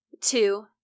Two